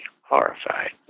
horrified